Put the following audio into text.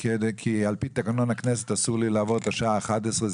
כי על פי תקנון הכנסת אסור לי לעבור את השעה 11:00,